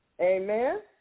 Amen